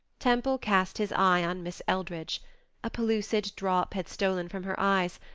temple cast his eye on miss eldridge a pellucid drop had stolen from her eyes,